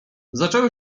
zaczęło